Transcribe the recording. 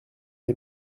les